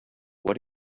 what